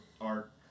art